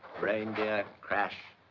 reindeer crash.